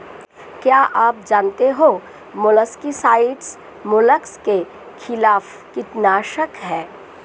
क्या आप जानते है मोलस्किसाइड्स मोलस्क के खिलाफ कीटनाशक हैं?